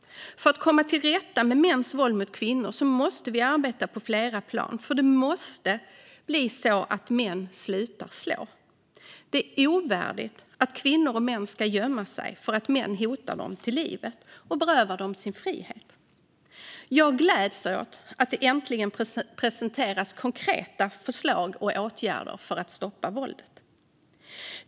För att komma till rätta med mäns våld mot kvinnor måste vi arbeta på flera plan, för män måste sluta slå. Det är ovärdigt att kvinnor och barn ska gömma sig för att män hotar dem till livet och berövar dem deras frihet. Jag gläds åt att det äntligen presenteras konkreta förslag och åtgärder för att stoppa våldet.